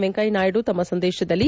ವೆಂಕಯ್ಲನಾಯ್ತು ತಮ್ಮ ಸಂದೇಶದಲ್ಲಿ